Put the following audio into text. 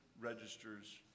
registers